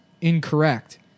incorrect